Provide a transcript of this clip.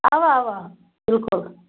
اَوَہ اَوَہ بالکُل